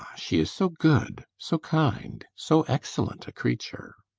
she is so good so kind so excellent a creature